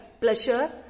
pleasure